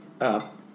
up